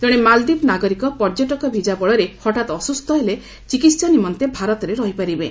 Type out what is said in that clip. ଜଣେ ମାଳଦ୍ୱୀପ ନାଗରିକ ପର୍ଯ୍ୟଟକ ଭିଜା ବଳରେ ହଠାତ୍ ଅସ୍କୁସ୍ଥ ହେଲେ ଚିକିତ୍ସା ନିମନ୍ତେ ଭାରତରେ ରହିପାରିବେ